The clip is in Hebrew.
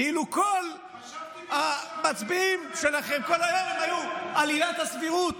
כאילו כל המצביעים שלכם כל היום היו על עילת הסבירות.